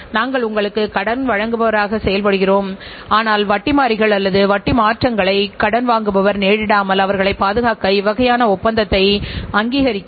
மற்றும் அவர்கள் சிறந்த உற்பத்தி செயல்முறைகளைப் பயன்படுத்தியும் சிறந்த உள்ளீடுகளைப் பயன்படுத்தியும் அவை தயாரிப்புகளின் சிறந்த தரத்தை உருவாக்குகின்றன